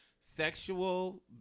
Sexual